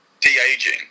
de-aging